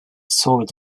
soiled